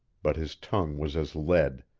but his tongue was as lead,